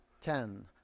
ten